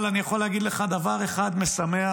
אבל אני יכול להגיד לך, דבר אחד משמח